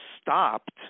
stopped